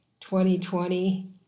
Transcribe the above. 2020